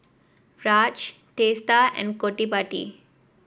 Raj Teesta and Gottipati